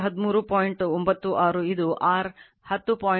96 ಇದು R10